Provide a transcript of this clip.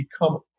become